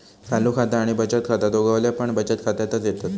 चालू खाता आणि बचत खाता दोघवले पण बचत खात्यातच येतत